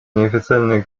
неофициальные